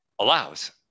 allows